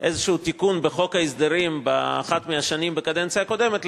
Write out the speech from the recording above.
איזה תיקון בחוק ההסדרים באחת מהשנים בקדנציה הקודמת,